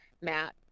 Matt